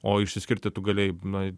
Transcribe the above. o išsiskirti tu galėjai na